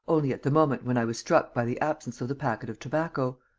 only at the moment when i was struck by the absence of the packet of tobacco.